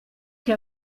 che